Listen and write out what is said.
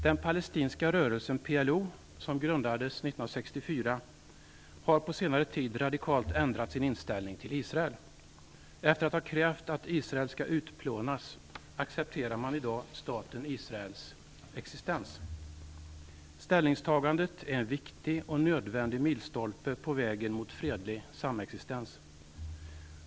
Den palestinska rörelsen PLO, som grundades 1964, har på senare tid radikalt ändrat sin inställning till Israel. Efter att ha krävt att Israel skall utplånas accepterar man i dag staten Israels existens. Ställningstagandet är en viktig och nödvändig milstolpe på vägen mot fredlig samexistens.